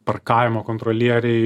parkavimo kontrolieriai